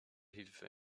hilfe